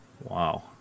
Wow